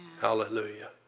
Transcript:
Hallelujah